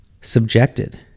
subjected